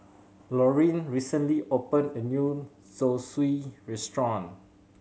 Laureen recently opened a new Zosui Restaurant